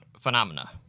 Phenomena